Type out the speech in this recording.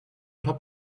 top